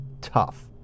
tough